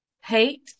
Hate